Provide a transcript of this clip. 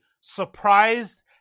surprised